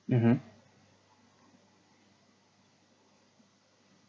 mmhmm